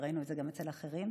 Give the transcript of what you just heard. וראינו את זה גם אצל אחרים,